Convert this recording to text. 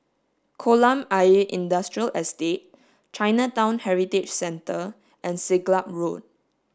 Kolam Ayer Industrial Estate Chinatown Heritage Centre and Siglap Road